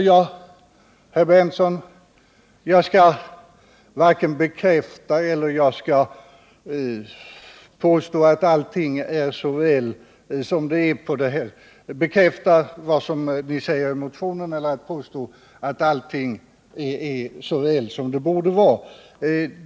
Men, herr Berndtson, jag skall inte påstå att allting är så gott som det borde vara.